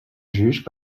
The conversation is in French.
juge